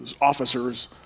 officers